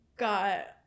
got